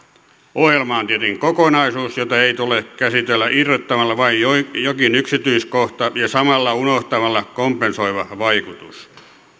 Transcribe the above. on tietenkin kokonaisuus jota ei tule käsitellä irrottamalla vain jokin yksityiskohta ja samalla unohtamalla kompensoiva vaikutus